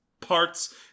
parts